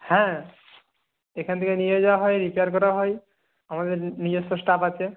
হ্যাঁ এখান থেকে নিয়ে যাওয়া হয় রিপেয়ার করা হয় আমাদের নিজস্ব স্টাফ আছে